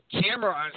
camera